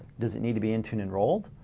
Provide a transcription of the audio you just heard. does it need to be intune enrolled?